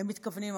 הם מתכוונים הפוך.